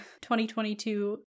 2022